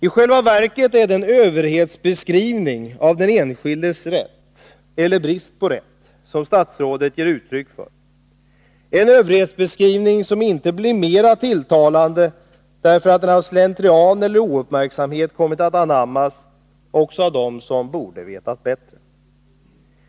I själva verket är det en överhetsbeskrivning av den enskildes rätt eller brist på rätt som statsrådet ger uttryck för, en överhetsbeskrivning som inte blir mer tilltalande därför att den av slentrian och ouppmärksamhet kommit att anammas också av dem som borde vetat bättre.